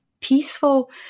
peaceful